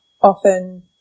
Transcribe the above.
often